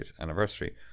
anniversary